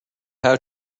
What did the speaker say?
how